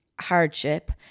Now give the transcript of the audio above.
hardship